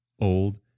old